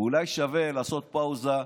אולי שווה לעשות פאוזה,